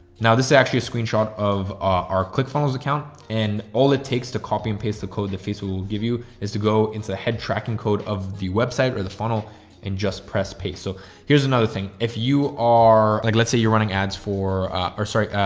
now this is actually a screenshot of our click funnels funnels account and all it takes to copy and paste the code the face will will give you is to go into the head tracking code of the website or the funnel and just press paste. so here's another thing. if you are like, let's say you're running ads for ah, our, sorry,